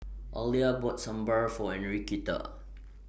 Alia bought Sambar For Enriqueta